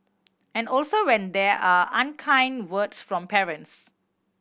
and also when there are unkind words from parents